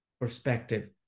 perspective